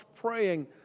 praying